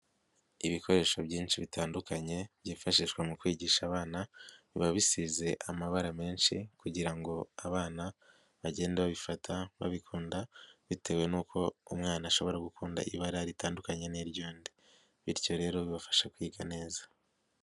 Ibikoresho byinshi bitandukanye byifashishwa mu kwigisha abana, biba bisize amabara menshi kugira ngo abana bagenda babifata babikunda, bitewe n'uko umwana ashobora gukunda ibara ritandukanye n'iry'undi, bityo rero bibafasha kwiga neza.